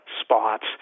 spots